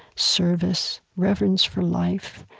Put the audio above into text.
service, reverence for life,